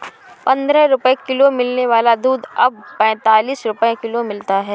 पंद्रह रुपए किलो मिलने वाला दूध अब पैंतालीस रुपए किलो मिलता है